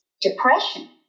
depression